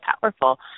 powerful